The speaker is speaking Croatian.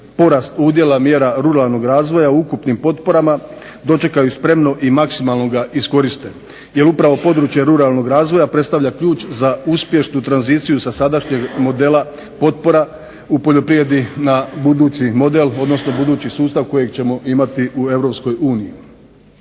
porast udjela mjera ruralnog razvoja u ukupnim potporama dočekaju spremno i maksimalno ga iskoriste jer upravo područje ruralnog razvoja predstavlja ključ za uspješnu tranziciju sa sadašnjeg modela potpora u poljoprivredi na budući model, odnosno budući sustav kojeg ćemo imati u